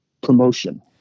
promotion